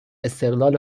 استقلال